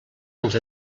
ens